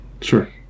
Sure